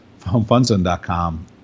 HomeFunZone.com